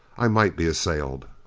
i might be assailed.